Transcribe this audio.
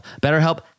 BetterHelp